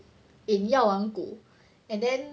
in 药王谷 and then